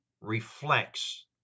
reflects